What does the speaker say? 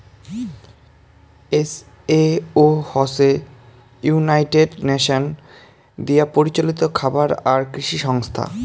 FAO হসে United Nations দিয়াপরিচালিত খাবার আর কৃষি সংস্থা